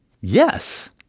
Yes